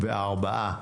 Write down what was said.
וארבעה.